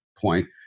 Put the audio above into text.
point